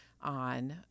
on